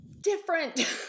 different